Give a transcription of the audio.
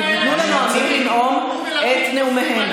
אתם נותנים לנואמים לנאום את נאומיהם.